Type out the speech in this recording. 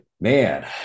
man